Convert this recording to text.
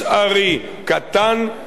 קטן ככל האפשר.